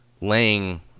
laying